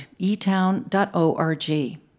eTown.org